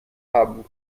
haben